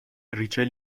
ریچل